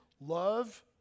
Love